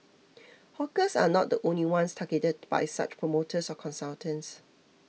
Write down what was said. hawkers are not the only ones targeted by such promoters or consultants